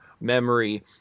memory